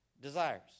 desires